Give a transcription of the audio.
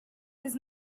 his